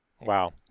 wow